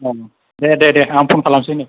औ दे दे दे दे आं फन खालामसै नै